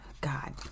God